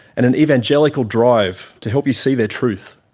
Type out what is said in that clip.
and an evangelical drive to help you see their truth.